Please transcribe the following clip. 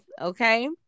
okay